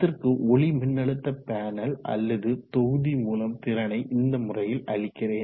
அதற்கு ஒளி மின்னழுத்த பேனல் அல்லது தொகுதி மூலம் திறனை இந்த முறையில் அளிக்கிறேன்